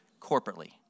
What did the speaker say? Corporately